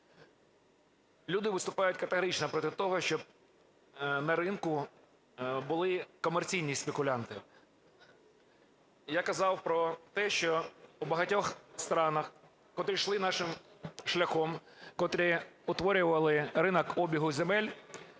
Люди виступають категорично проти того, щоб на ринку були комерційні спекулянти. Я казав про те, що у багатьох странах, котрі йшли нашим шляхом, котрі утворювали ринок обігу земель,